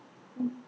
mm